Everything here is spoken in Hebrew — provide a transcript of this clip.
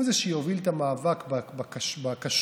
הוא שיוביל את המאבק בכשרות,